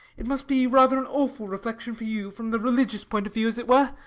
it must be rather an awful reflection for you, from the religious point of view as it were.